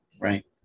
Right